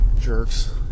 jerks